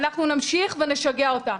אנחנו נמשיך ונשגע אותם.